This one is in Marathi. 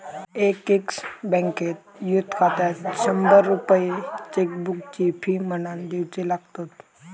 एक्सिस बँकेत युथ खात्यात शंभर रुपये चेकबुकची फी म्हणान दिवचे लागतत